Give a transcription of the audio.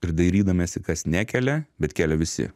ir dairydamiesi kas nekelia bet kelia visi